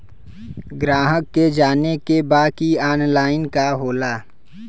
ग्राहक के जाने के बा की ऑनलाइन का होला?